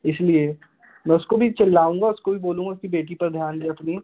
इसलिए मैं उसको भी चिल्लाऊँगा उसको भी बोलूँगा कि बेटी पर ध्यान दे अपनी